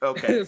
Okay